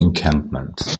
encampment